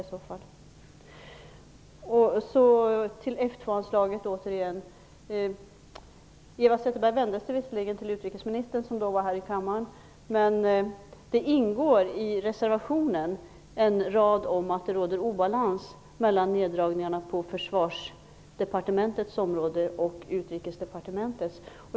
Till F 2-anslaget återigen. Eva Zetterberg vände sig visserligen till utrikesministern som då var här i kammaren, men i reservationen ingår en rad om att det råder obalans mellan neddragningarna på Försvarsdepartementets område och Utrikesdepartementets.